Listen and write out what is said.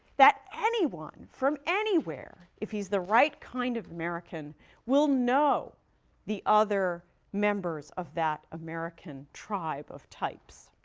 that anyone from anywhere if he's the right kind of american will know the other members of that american tribe of types.